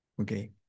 okay